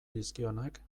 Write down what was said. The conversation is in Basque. dizkionak